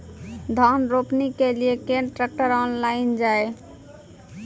धान रोपनी के लिए केन ट्रैक्टर ऑनलाइन जाए?